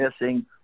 missing